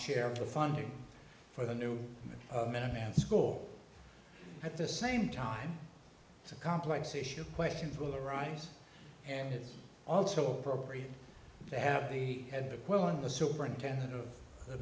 share the funding for the new minuteman school at the same time it's a complex issue questions will arise and it's also appropriate to have the had the will and the superintendent of the